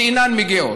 שאינן מגיעות.